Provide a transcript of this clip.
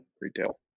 retail